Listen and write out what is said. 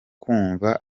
kumva